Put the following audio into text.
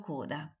Coda